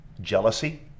jealousy